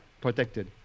protected